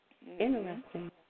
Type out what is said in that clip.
Interesting